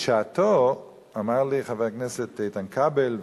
בשעתו אמר לי חבר הכנסת איתן כבל,